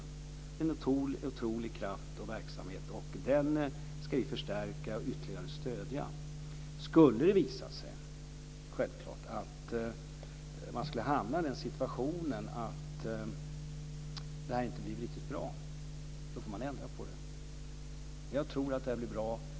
Det är en otrolig kraft och verksamhet. Den ska vi förstärka och ytterligare stödja. Skulle det visa sig att man hamnar i situationen att det här inte blir riktigt bra, får man självklart ändra på det. Jag tror att det blir bra.